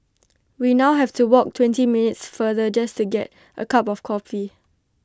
we now have to walk twenty minutes farther just to get A cup of coffee